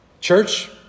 Church